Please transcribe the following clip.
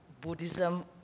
Buddhism